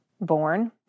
born